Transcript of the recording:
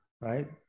right